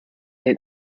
den